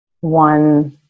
one